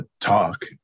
talk